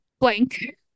Blank